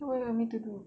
what you want me to do